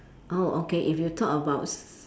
oh okay if you talk about s~